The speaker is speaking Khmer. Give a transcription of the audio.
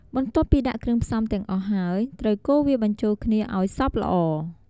បន្ទាប់ពីដាក់គ្រឿងផ្សំទាំងអស់ហើយ ត្រូវកូរវាបញ្ចូលគ្នាឱ្យសព្វល្អ។